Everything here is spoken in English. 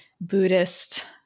Buddhist